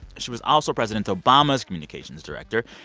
she was also president obama's communications director,